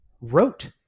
wrote